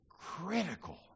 critical